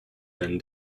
than